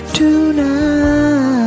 tonight